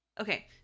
okay